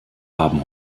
haben